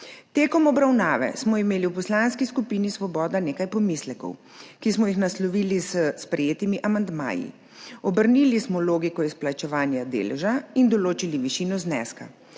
Med obravnavo smo imeli v Poslanski skupini Svoboda nekaj pomislekov, ki smo jih naslovili s sprejetimi amandmaji. Obrnili smo logiko izplačevanja deleža in določili višino zneska.